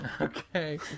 Okay